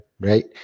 right